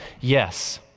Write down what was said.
yes